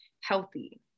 healthy